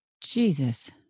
Jesus